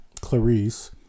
Clarice